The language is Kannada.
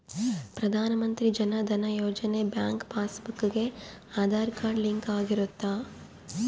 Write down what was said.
ಪ್ರಧಾನ Mantri Jan Dhan Yojana bank passbook ಗೆ ಆದಾರ್ ಕಾರ್ಡ್ ಲಿಂಕ್ ಆಗಿರುತ್ತ